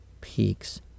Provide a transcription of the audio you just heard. peaks